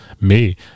Me